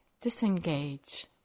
disengage